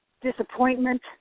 disappointment